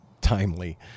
timely